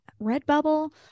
Redbubble